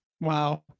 wow